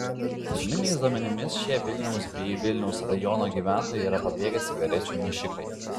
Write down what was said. pirminiais duomenimis šie vilniaus bei vilniaus rajono gyventojai yra pabėgę cigarečių nešikai